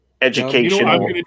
educational